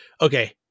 okay